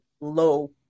low